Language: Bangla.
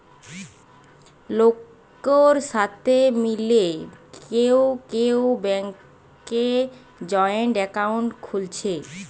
লোকের সাথে মিলে কেউ কেউ ব্যাংকে জয়েন্ট একাউন্ট খুলছে